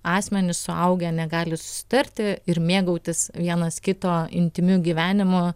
asmenys suaugę negali susitarti ir mėgautis vienas kito intymiu gyvenimu